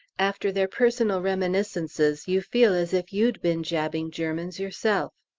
after their personal reminiscences you feel as if you'd been jabbing germans yourself.